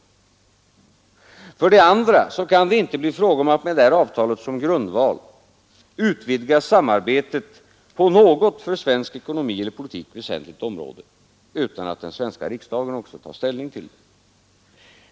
För det andra kan det inte bli fråga om att med detta avtal som grundval utvidga samarbetet på något för svensk ekonomi eller svensk politik väsentligt område, utan att den svenska riksdagen tar ställning till det.